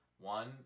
one